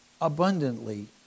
abundantly